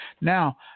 Now